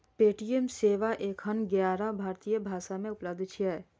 Paytm सेवा एखन ग्यारह भारतीय भाषा मे उपलब्ध छै